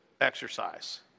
exercise